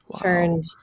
turned